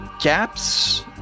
gaps